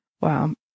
Wow